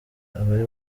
abari